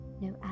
no